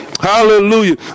Hallelujah